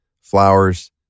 flowers